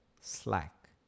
slack